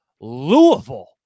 Louisville